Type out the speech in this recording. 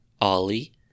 Ollie